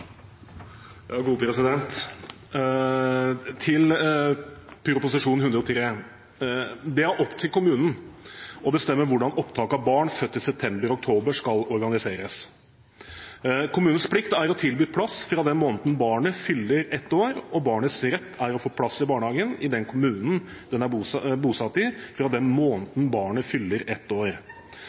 Til Prop. 103 L for 2015–2016: Det er opp til kommunen å bestemme hvordan opptak av barn født i september eller oktober skal organiseres. Kommunens plikt er å tilby plass fra den måneden barnet fyller ett år, og barnets rett er å få plass i barnehagen i den kommunen det er bosatt i, fra den måneden barnet